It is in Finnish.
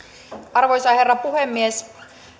arvoisa herra puhemies